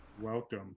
Welcome